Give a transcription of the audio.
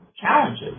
challenges